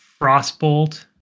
Frostbolt